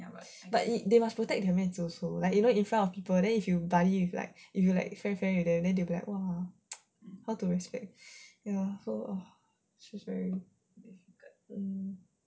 but if they must protect their 面子 also you know like in front of people then if you study with like if you friend friend with them then they will be like how to respect